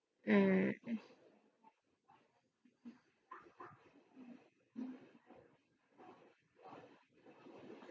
mm